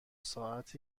ساعت